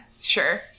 sure